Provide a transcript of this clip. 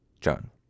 John